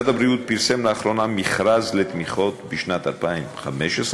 משרד הבריאות פרסם לאחרונה מכרז לתמיכות בשנת 2015,